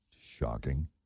Shocking